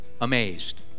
amazed